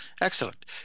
Excellent